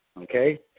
Okay